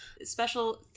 Special